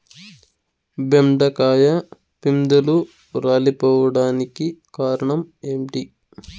బెండకాయ పిందెలు రాలిపోవడానికి కారణం ఏంటి?